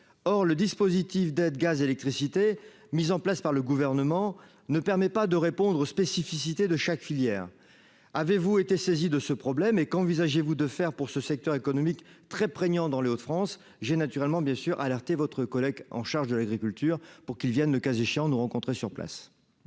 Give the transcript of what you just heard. or le dispositif d'aide, gaz, électricité, mise en place par le gouvernement ne permet pas de répondre aux spécificités de chaque filière, avez-vous été saisi de ce problème et qu'envisagez-vous de faire pour ce secteur économique très prégnant dans les Hauts-de-France, j'ai naturellement bien sûr alerté votre collègue en charge de l'agriculture pour qu'ils viennent, le cas échéant nous rencontrer sur place.